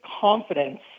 confidence